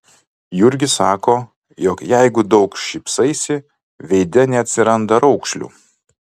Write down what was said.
jurgis sako jog jeigu daug šypsaisi veide neatsiranda raukšlių